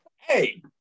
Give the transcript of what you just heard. Hey